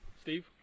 Steve